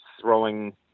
throwing